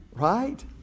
right